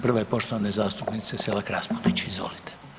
Prva je poštovane zastupnice Selak Raspudić, izvolite.